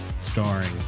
starring